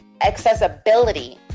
accessibility